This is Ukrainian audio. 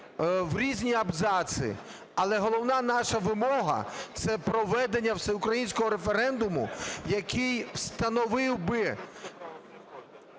в різні абзаци. Але головна наша вимога – це проведення всеукраїнського референдуму, який встановив би,